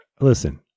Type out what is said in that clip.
Listen